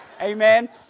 Amen